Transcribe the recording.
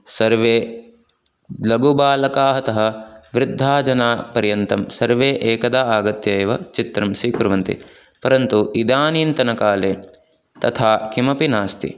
सर्वे लघुबालकाः तः वृद्धाजनानां पर्यन्तं सर्वे एकदा आगत्य एव चित्रं स्वीकुर्वन्ति परन्तु इदानीन्तनकाले तथा किमपि नास्ति